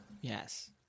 Yes